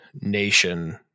nation